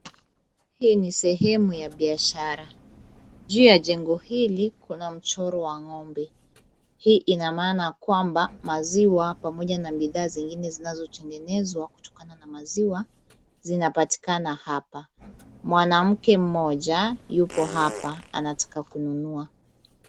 Hii ni sehemu ya biashara, juu ya jengo hili kuna mchoro wa ng'ombe. Hii ina maana kwamba maziwa pamoja na bidhaa zingine zinazotengenezwa kutokana na maziwa zinapatikana hapa. Mwanamke mmoja yupo hapa anataka kununua.